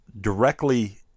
directly